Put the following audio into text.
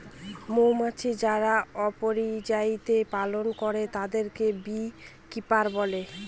মৌমাছি যারা অপিয়ারীতে পালন করে তাদেরকে বী কিপার বলে